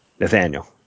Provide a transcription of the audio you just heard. Nathaniel